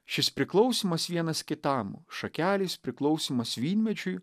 šis priklausymas vienas kitam šakelės priklausymas vynmedžiui